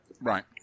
right